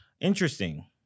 Interesting